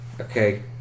Okay